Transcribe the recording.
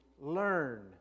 learn